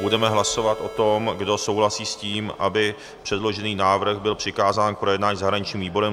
Budeme hlasovat o tom, kdo souhlasí s tím, aby předložený návrh byl přikázán k projednání zahraničnímu výboru.